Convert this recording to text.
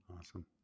Awesome